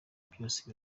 byose